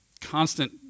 constant